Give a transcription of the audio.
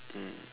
mm